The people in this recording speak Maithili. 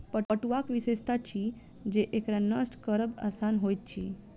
पटुआक विशेषता अछि जे एकरा नष्ट करब आसान होइत अछि